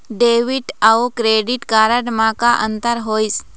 Debit अऊ credit card म का अंतर होइस?